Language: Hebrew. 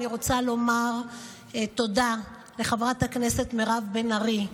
אני רוצה לומר תודה לחברת הכנסת מירב בן ארי,